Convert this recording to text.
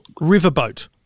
riverboat